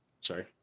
Sorry